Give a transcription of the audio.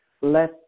let